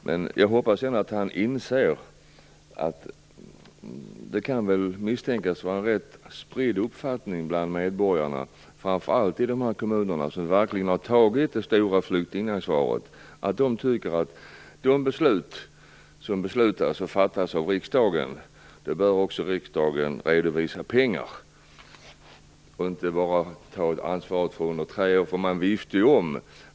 Men jag hoppas ändå att han inser att det kan misstänkas vara en rätt spridd uppfattning bland medborgarna, framför allt i de kommuner som verkligen har tagit det stora flyktingansvaret, att riksdagen i de beslut som fattas bör redovisa pengar och inte bara ta ansvar för tre år.